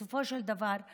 בסופו של דבר,